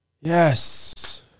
Yes